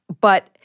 but-